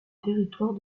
territoire